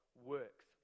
works